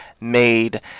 made